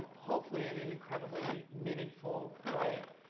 hopefully, in an incredibly meaningful way.